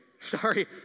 sorry